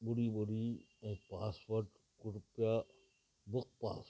ॿुड़ी ॿुड़ी ऐं पासवर्ड कृपया बुकपास